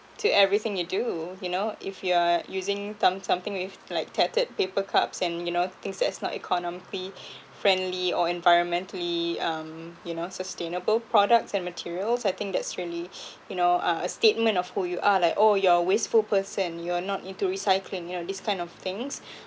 to everything you do you know if you are using thump something with like tattered paper cups and you know things that's not economically friendly or environmentally um you know sustainable products and materials I think that's really you know uh a statement of who you are like oh you're wasteful person you are not into recycling you know this kind of things